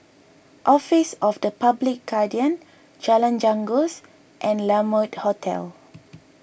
Office of the Public Guardian Jalan Janggus and La Mode Hotel